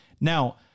Now